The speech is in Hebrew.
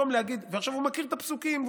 הוא מכיר את הפסוקים,